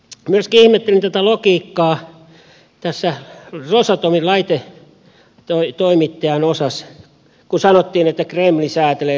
myöskin ihmettelin tätä logiikkaa tässä rosatomin laitetoimittajan osassa kun sanottiin että kreml säätelee suomen energiapolitiikkaa